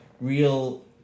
real